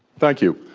thank you.